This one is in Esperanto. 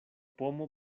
pomo